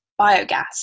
biogas